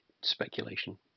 speculation